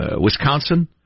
Wisconsin